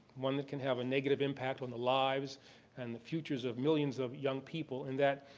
one that can have a negative impact on the lives and the futures of millions of young people. and that,